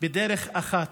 בדרך אחת: